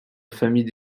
famille